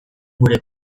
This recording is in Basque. gure